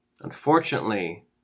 unfortunately